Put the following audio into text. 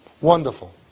Wonderful